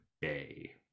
Bay